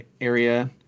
area